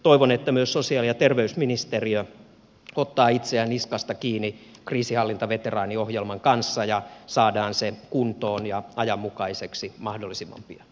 toivon että myös sosiaali ja terveysministeriö ottaa itseään niskasta kiinni kriisinhallintaveteraaniohjelman kanssa ja saadaan se kuntoon ja ajanmukaiseksi mahdollisimman pian